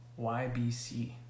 YBC